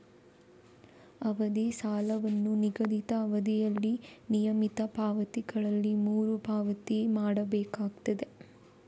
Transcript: ಅವಧಿ ಸಾಲವನ್ನ ನಿಗದಿತ ಅವಧಿಯಲ್ಲಿ ನಿಯಮಿತ ಪಾವತಿಗಳಲ್ಲಿ ಮರು ಪಾವತಿ ಮಾಡ್ಬೇಕಾಗ್ತದೆ